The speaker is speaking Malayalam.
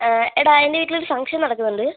എടാ എൻ്റെ വീട്ടിൽ ഒരു ഫങ്ക്ഷൻ നടക്കുന്നുണ്ട്